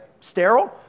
sterile